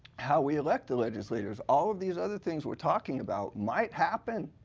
how we elect the legislatures. all of these other things we are talking about might happen,